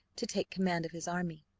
to take command of his army.